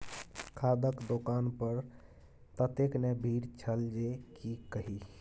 खादक दोकान पर ततेक ने भीड़ छल जे की कही